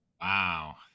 Wow